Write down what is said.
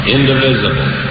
indivisible